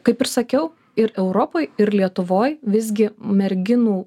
kaip ir sakiau ir europoj ir lietuvoj visgi merginų